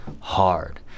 hard